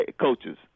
coaches